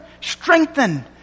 strengthened